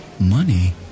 Money